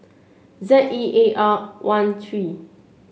Z E A R one three